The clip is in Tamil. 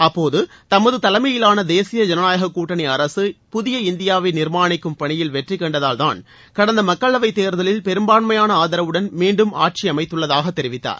அப்போது தமது தலைமையிலாள தேசிய ஜனநாயக கூட்டணி அரக புதிய இந்தியாவை நிர்மாணிக்கும் பணியில் வெற்றி கண்டதால்தான் கடந்த மக்களவைத் தேர்தலில் பெரும்பான்மயான ஆதரவுடன் மீண்டும் ஆட்சி அமைத்துள்ளதாக தெரிவித்தார்